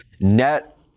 net